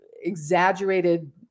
exaggerated